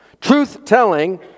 Truth-telling